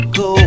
go